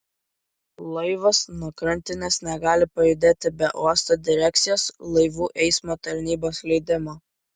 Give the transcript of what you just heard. laivas nuo krantinės negali pajudėti be uosto direkcijos laivų eismo tarnybos leidimo